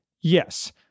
yes